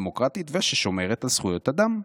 דמוקרטית וששומרת על זכויות אדם.